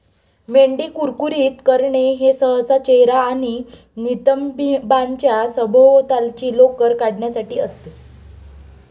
मेंढी कुरकुरीत करणे हे सहसा चेहरा आणि नितंबांच्या सभोवतालची लोकर काढण्यासाठी असते